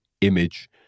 image